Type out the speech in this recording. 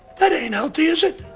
that ain't healthy, is it?